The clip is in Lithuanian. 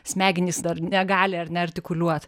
smegenys dar negali ar ne artikuliuot